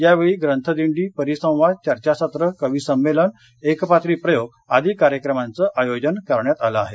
यावेळी ग्रंथदिंडी परिसंवाद चर्चासत्र कवीसंमेलन एक पात्री प्रयोग आदी कार्यक्रमांच आयोजन करण्यात आलं आहे